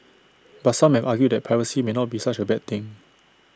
but some have argued that piracy may not be such A bad thing